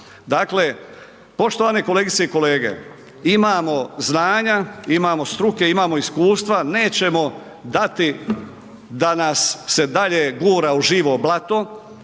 Dakle, poštovane kolegice i kolege, imamo znanja, imamo struke, imamo iskustva nećemo dati da nas se dalje gura u živo blato